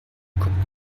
kommt